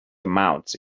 amounts